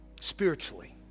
Spiritually